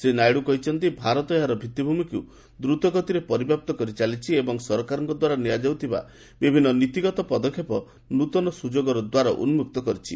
ଶ୍ରୀ ନାଇଡୁ କହିଛନ୍ତି ଭାରତ ଏହାର ଭିଉିଭୂମିକୁ ଦ୍ରତଗତିରେ ପରିବ୍ୟାପ୍ତ କରିଚାଲିଛି ଏବଂ ସରକାରଙ୍କ ଦ୍ୱାରା ନିଆଯାଉଥିବା ବିଭିନ୍ନ ନୀତିଗତ ପଦକ୍ଷେପ ନୂତନ ସୁଯୋଗର ଦ୍ୱାର ଉନ୍ନକ୍ତ କରିଛି